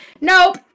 Nope